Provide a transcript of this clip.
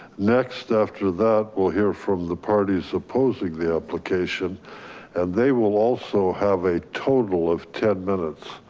next after that we'll hear from the parties opposing the application and they will also have a total of ten minutes.